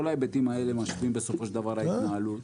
כל ההיבטים האלה משפיעים על ההתנהלות בסופו של דבר.